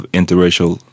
interracial